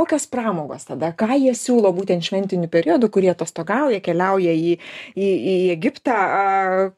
kokios pramogos tada ką jie siūlo būtent šventiniu periodu kurie atostogauja keliauja į į į egiptą